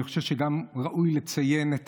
אני חושב שגם ראוי לציין את